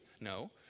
No